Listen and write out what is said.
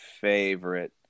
favorite